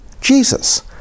Jesus